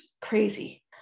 crazy